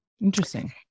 Interesting